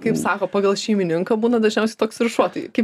kaip sako pagal šeimininką būna dažniausiai toks ir šuo tai kaip